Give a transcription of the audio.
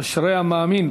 אשרי המאמין.